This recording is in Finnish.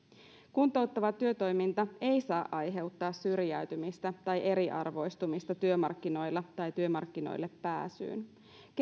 kuntouttava työtoiminta ei saa aiheuttaa syrjäytymistä tai eriarvoistumista työmarkkinoilla tai työmarkkinoille pääsyyn